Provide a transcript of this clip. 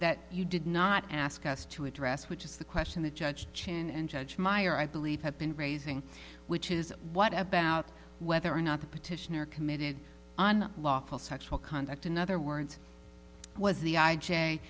that you did not ask us to address which is the question the judge chin and judge meyer i believe have been raising which is what about whether or not the petitioner committed on lawful sexual conduct in other words was the i j